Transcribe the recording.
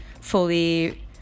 fully